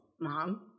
Mom